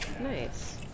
nice